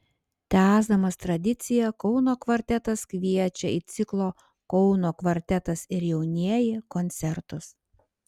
tęsdamas tradiciją kauno kvartetas kviečia į ciklo kauno kvartetas ir jaunieji koncertus